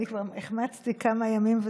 אני כבר החמצתי כמה ימים,